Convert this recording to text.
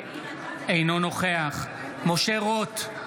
אינו נוכח משה רוט,